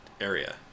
area